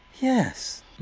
Yes